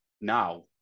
Now